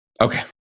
Okay